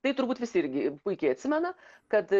tai turbūt visi irgi puikiai atsimena kad